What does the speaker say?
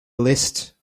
list